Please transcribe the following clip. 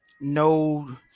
no